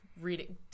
reading